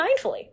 mindfully